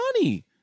money